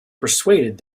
persuaded